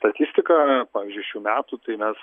statistiką pavyzdžiui šių metų tai mes